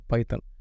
Python